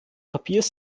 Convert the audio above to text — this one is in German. papiers